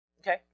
okay